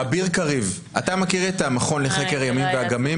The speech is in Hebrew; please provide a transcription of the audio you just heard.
האביר קריב, אתה מכיר את המכון לחקר ימים ואגמים?